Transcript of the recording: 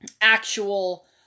actual